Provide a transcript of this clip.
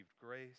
grace